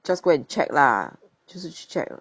just go and check lah 就是去 check